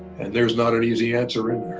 and there's not an easy answer in